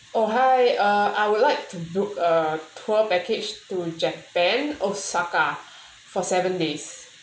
oh hi uh I would like to book uh tour package to japan osaka for seven days